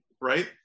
right